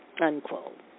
unquote